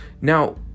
Now